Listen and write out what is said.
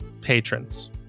patrons